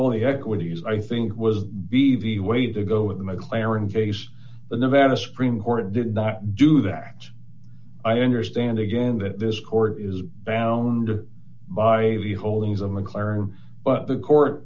only equities i think was be the way to go with the mclaren case the nevada supreme court did not do that i understand again that this court is bound by the holdings of mclaren the court